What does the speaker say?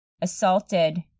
assaulted